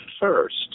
first